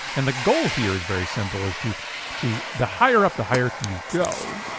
and the goal here is very simple as to to the higher up the hierarchy you go,